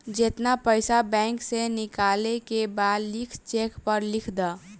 जेतना पइसा बैंक से निकाले के बा लिख चेक पर लिख द